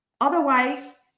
Otherwise